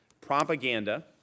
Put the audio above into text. propaganda